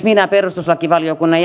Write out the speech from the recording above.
minä olen perustuslakivaliokunnan